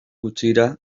gutxira